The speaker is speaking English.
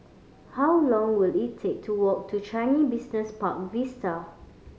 how long will it take to walk to Changi Business Park Vista